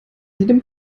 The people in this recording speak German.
jedem